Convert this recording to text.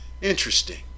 interesting